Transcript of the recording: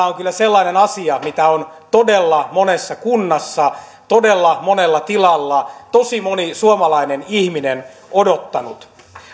on kyllä sellainen asia mitä on todella monessa kunnassa todella monella tilalla tosi moni suomalainen ihminen odottanut